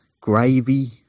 gravy